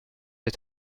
est